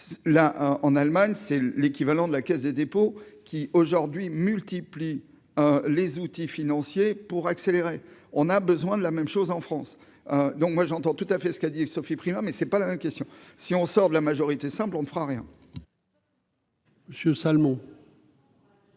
en Allemagne, c'est l'équivalent de la Caisse des dépôts qui aujourd'hui multiplie les outils financiers pour accélérer, on a besoin de la même chose en France, donc moi j'entends tout à fait ce qu'elle dit Sophie Primas mais c'est pas la même question : si on sort de la majorité simple, on ne fera rien.